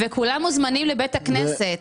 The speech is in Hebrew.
וכולם מוזמנים לבית הכנסת,